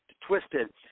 twisted